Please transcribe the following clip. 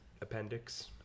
appendix